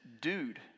dude